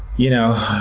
you know,